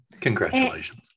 Congratulations